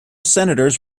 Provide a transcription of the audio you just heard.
senators